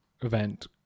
event